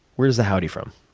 where's the howdy from?